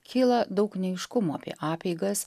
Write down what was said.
kyla daug neaiškumų apie apeigas